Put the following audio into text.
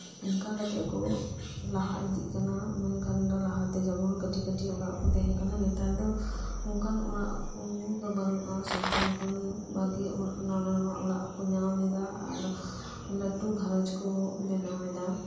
ᱚᱱᱠᱟ ᱠᱟᱛᱮᱜᱠᱩ ᱞᱟᱦᱟ ᱤᱫᱤᱜ ᱠᱟᱱᱟ ᱢᱮᱱᱠᱷᱟᱱ ᱫᱚ ᱞᱟᱦᱟᱛᱮ ᱡᱮᱢᱚᱱ ᱠᱟᱹᱴᱤᱡ ᱠᱟᱹᱴᱤᱡ ᱚᱲᱟᱜᱠᱩ ᱛᱟᱦᱮᱸ ᱠᱟᱱᱟ ᱱᱮᱛᱟᱨ ᱫᱚ ᱚᱱᱠᱟᱱ ᱚᱲᱟᱜᱠᱩ ᱫᱚ ᱵᱟᱹᱱᱩᱜ ᱟ ᱥᱚᱨᱠᱟᱨ ᱠᱷᱚᱱ ᱵᱷᱟᱜᱤ ᱱᱟᱣᱟ ᱱᱟᱣᱟ ᱚᱲᱟᱜᱠᱩ ᱧᱟᱢᱮᱫᱟᱟᱨ ᱞᱟᱹᱴᱩ ᱜᱷᱟᱨᱚᱧᱡ ᱠᱩ ᱵᱮᱱᱟᱣᱮᱫᱟ